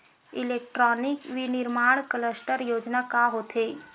Electronic विनीर्माण cluster योजना का होथे?